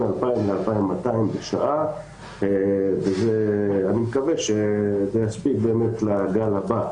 2,000 ל-2,200 בשעה ואני מקווה שזה יספיק לגל הבא,